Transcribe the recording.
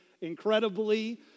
incredibly